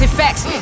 facts